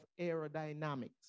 aerodynamics